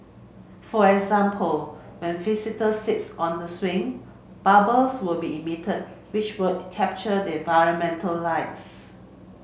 for example when visitors sits on the swing bubbles will be emitted which will capture the environmental lights